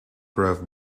grove